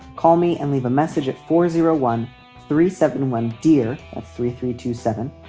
call me and leave a message at four zero one three seven one. dear three three two seven.